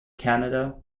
canada